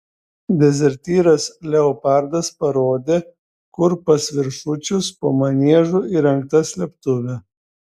dezertyras leopardas parodė kur pas viršučius po maniežu įrengta slėptuvė